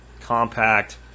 compact